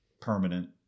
permanent